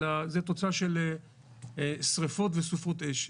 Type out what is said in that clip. אלא זו תוצאה של שריפות וסופות אש,